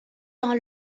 dans